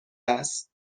است